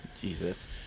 Jesus